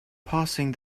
passing